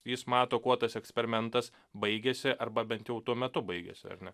jis mato kuo tas eksperimentas baigėsi arba bent jau tuo metu baigiasi ar ne